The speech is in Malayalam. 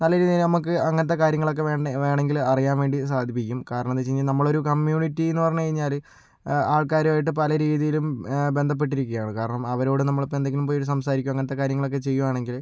നല്ല രീതിയിൽ നമ്മൾക്ക് അങ്ങനത്തെ കാര്യങ്ങളൊക്കെ വേണ്ടേ വേണമെങ്കിൽ അറിയാൻ വേണ്ടി സാധിപ്പിക്കും കാരണം എന്താ വച്ചു കഴിഞ്ഞാൽ നമ്മൾ ഒരു കമ്മ്യൂണിറ്റി എന്നു പറഞ്ഞ് കഴിഞ്ഞാൽ ആൾക്കാരുമായിട്ട് പലരീതിയിലും ബന്ധപ്പെട്ടിരിക്കുകയാണ് കാരണം അവരോട് നമ്മളിപ്പം എന്തെങ്കിലും പോയി ഒരു സംസാരിക്കും അങ്ങനത്തെ കാര്യങ്ങളൊക്കെ ചെയ്യുകയാണെങ്കിൽ